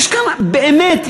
באמת,